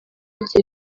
rye